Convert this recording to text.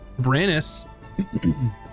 Brannis